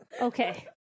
Okay